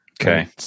Okay